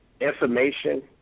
information